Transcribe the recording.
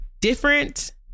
different